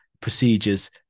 procedures